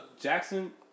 Jackson